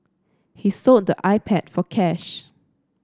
he sold the iPad for cash